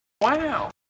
Wow